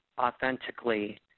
authentically